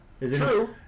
True